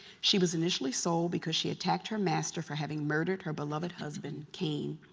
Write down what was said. she was initially sold because she attacked her master for having murdered her beloved husband caine.